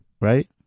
Right